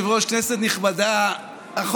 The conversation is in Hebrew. באמת הרבה מאוד מילים נשפכו,